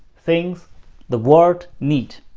things the world need.